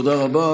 תודה רבה.